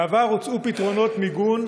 בעבר הוצעו פתרונות מיגון,